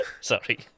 Sorry